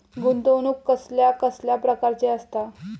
गुंतवणूक कसल्या कसल्या प्रकाराची असता?